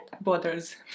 bothers